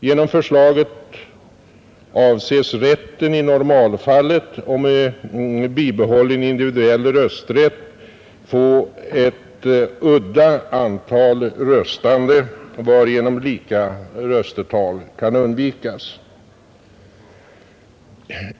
Genom förslaget avses rätten i normalfallet och med bibehållen individuell rösträtt få ett udda antal röstande varigenom lika rösttal kan undvikas.